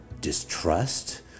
distrust